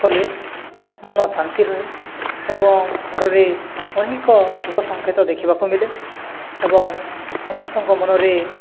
କଲେ ମନ ଶାନ୍ତି ରୁହେ ଏବଂ ଘରରେ ଅନେକ ଶୁଭ ସଂକେତ ଦେଖିବାକୁ ମିଳେ ଏବଂ ସମସ୍ତଙ୍କ ମନରେ